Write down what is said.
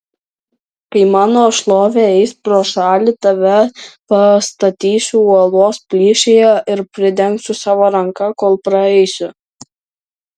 kai mano šlovė eis pro šalį tave pastatysiu uolos plyšyje ir pridengsiu savo ranka kol praeisiu